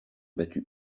battu